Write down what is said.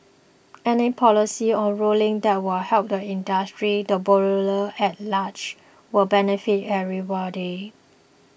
any policy or ruling that will help the industry the borrower at large will benefit everybody